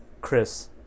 Chris